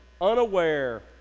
unaware